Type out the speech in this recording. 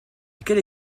quelle